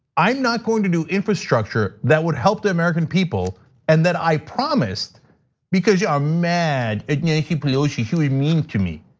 i'm not going to do infrastructure, that would help the american people and then i promised because you are mad at nancy pelosi, she was mean to me.